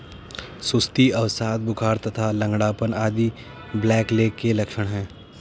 सुस्ती, अवसाद, बुखार तथा लंगड़ापन आदि ब्लैकलेग के लक्षण हैं